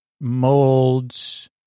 molds